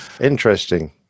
Interesting